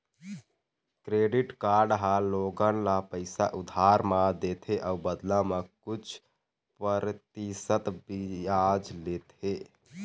credit card ह लोगन ल पइसा उधार म देथे अउ बदला म कुछ परतिसत बियाज लेथे